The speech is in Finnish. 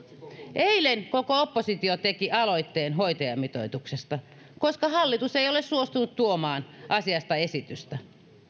eilen koko oppositio teki aloitteen hoitajamitoituksesta koska hallitus ei ole suostunut tuomaan asiasta esitystä